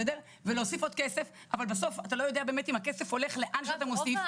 אבל בסוף אתה לא יודע באמת אם הכסף הולך לאן שאתה מוסיף,